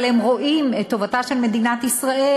אבל הם רואים את טובתה של מדינת ישראל